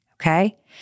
okay